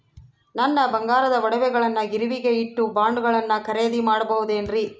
ನನ್ನ ಬಂಗಾರದ ಒಡವೆಗಳನ್ನ ಗಿರಿವಿಗೆ ಇಟ್ಟು ಬಾಂಡುಗಳನ್ನ ಖರೇದಿ ಮಾಡಬಹುದೇನ್ರಿ?